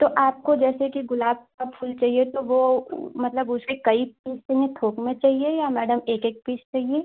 तो आपको जैसे कि गुलाब का फूल चाहिए तो वो मतलब उसके कई थोक में चाहिए या मैडम एक एक पीस चाहिए